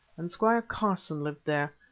and squire carson lived there.